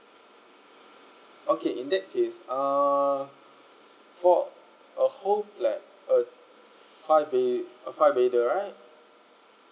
okay in that case uh for a whole flat uh five bed five bedder right